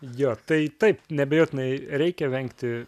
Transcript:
jo tai taip neabejotinai reikia vengti